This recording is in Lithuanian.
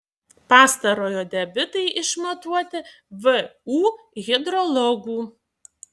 pastarojo debitai išmatuoti vu hidrologų